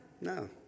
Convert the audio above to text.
No